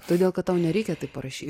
todėl kad tau nereikia taip parašyt